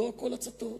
לא הכול הצתות.